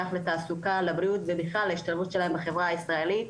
לתעסוקה לבריאות ובכלל להשתלבות שלהם בחברה הישראלית.